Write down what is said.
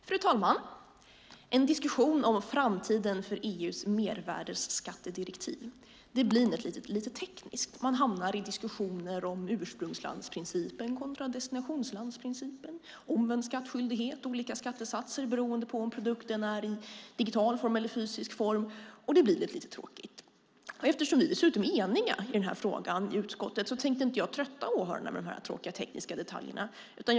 Fru talman! En diskussion om framtiden för EU:s mervärdesskattedirektiv blir lite teknisk. Man hamnar i diskussioner om ursprungslandsprincipen kontra destinationslandsprincipen, om skattskyldighet och om olika skattesatser beroende på om produkten är i digital eller fysisk form. Det blir lite tråkigt. Eftersom vi är eniga i utskottet i den här frågan ska jag inte trötta åhörarna med de tråkiga tekniska detaljerna.